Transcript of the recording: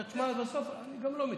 אתה תשמע עד הסוף, אני גם לא מציע.